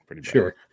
Sure